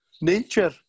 nature